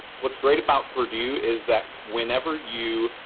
what's great about purdue is that whenever you